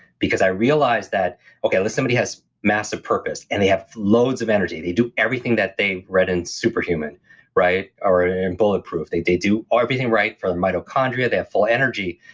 because i realized that okay, if somebody has massive purpose, and they have loads of energy, they do everything that they read in superhuman or ah in bulletproof. they they do ah everything right for the mitochondria, they have full energy,